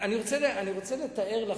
אני רוצה לתאר לכם,